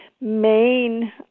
main